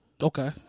okay